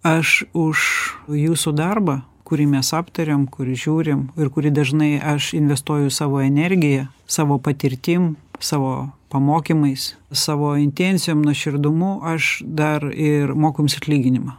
aš už jūsų darbą kurį mes aptariam kur žiūrim ir kuri dažnai aš investuoju savo energiją savo patirtim savo pamokymais savo intencijom nuoširdumu aš dar ir moku jums atlyginimą